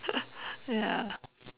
ya